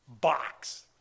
box